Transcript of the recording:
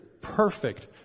perfect